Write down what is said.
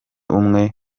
umwe